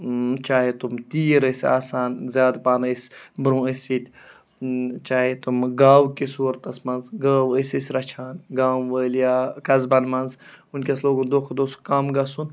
چاہے تِم تیٖر ٲسۍ آسان زیادٕ پَہَم ٲسۍ بروںٛہہ ٲسۍ ییٚتہِ چاہے تِم گاوٕکِس صوٗرتَس منٛز گٲوٕ ٲسۍ أسۍ رَچھان گامہٕ وٲلۍ یا قصبَن منٛز وٕنۍکٮ۪س لوگُن دۄہ کھۄ دۄہ سُہ کَم گژھُن